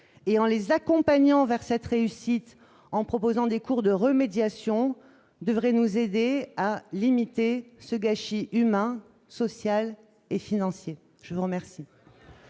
et en les accompagnant vers cette réussite en proposant des cours de remédiation devrait nous aider à limiter ce gâchis humain, social et financier, je vous remercie.